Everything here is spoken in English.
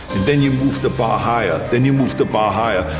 then you move the bar higher. then you move the bar higher,